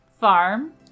farm